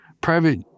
private